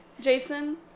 Jason